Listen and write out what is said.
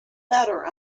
better